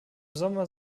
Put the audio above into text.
sommer